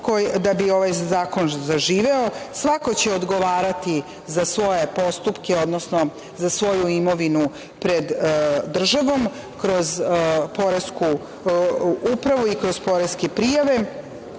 da bi ovaj zakon zaživeo. Svako će odgovarati za svoje postupke, odnosno za svoju imovinu pred državom kroz Poresku upravu i kroz poreske prijave.I,